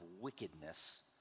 wickedness